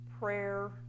prayer